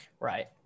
Right